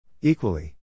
Equally